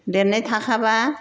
लिरनाय थाखाब्ला